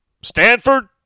Stanford